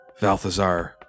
valthazar